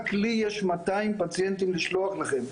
רק לי יש 200 פציינטים לשלוח לכם,